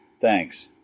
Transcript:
Thanks